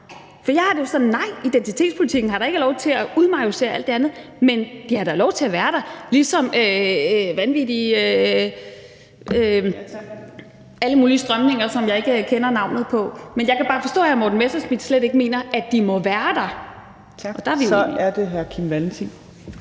der. Jeg har det jo sådan, at identitetspolitikken ikke har lov til at majorisere alt det andet, men den har da lov til at være der, ligesom alle mulige andre vanvittige strømninger, som jeg ikke kender navnene på. Men jeg kan forstå, at hr. Morten Messerschmidt mener, at de slet ikke må være der. Der er vi uenige.